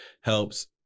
helps